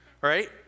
right